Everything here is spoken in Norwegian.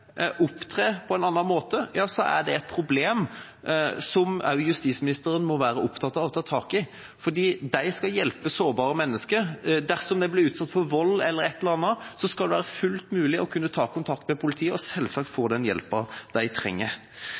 opptrer på en annen måte, er det et problem som også justisministeren må være opptatt av og ta tak i, for politiet skal hjelpe sårbare mennesker. Dersom disse blir utsatt for vold eller annet, skal det være fullt mulig å ta kontakt med politiet og selvsagt få den hjelpen de trenger.